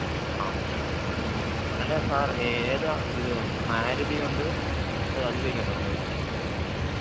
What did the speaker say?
ആ അല്ല സാർ ഏതാണ് ഇത് മാരുതിയുണ്ട് അതു ചോദിക്കാൻ മറന്നു പോയി